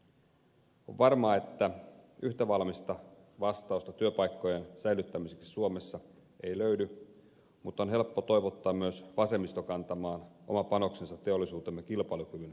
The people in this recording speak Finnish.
on varmaa että yhtä valmista vastausta työpaikkojen säilyttämiseksi suomessa ei löydy mutta on helppo toivottaa myös vasemmisto kantamaan oma panoksensa teollisuutemme kilpailukyvyn varmistamiseksi